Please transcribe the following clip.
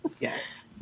yes